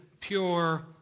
pure